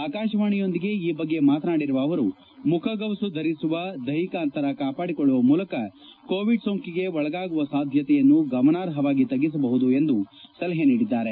ಆಕಾಶವಾಣಿಯೊಂದಿಗೆ ಈ ಬಗ್ಗೆ ಮಾತನಾಡಿರುವ ಅವರು ಮುಖಗವಸು ಧರಿಸುವ ದ್ವೆಹಿಕ ಅಂತರ ಕಾಪಾಡಿಕೊಳ್ಳುವ ಮೂಲಕ ಕೋವಿಡ್ ಸೋಂಕಿಗೆ ಒಳಗಾಗುವ ಸಾಧ್ಯತೆಯನ್ನು ಗಮನಾರ್ಹವಾಗಿ ತಗ್ಗಿಸಬಹುದು ಎಂದು ಸಲಹೆ ನೀಡಿದ್ದಾರೆ